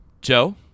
Joe